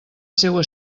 seua